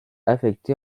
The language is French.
affecté